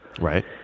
Right